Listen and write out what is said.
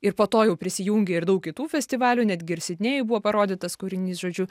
ir po to jau prisijungė ir daug kitų festivalių netgi ir sidnėjuj buvo parodytas kūrinys žodžiu